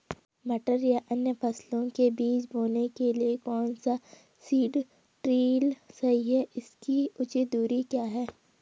मटर या अन्य फसलों के बीज बोने के लिए कौन सा सीड ड्रील सही है इसकी उचित दूरी क्या है?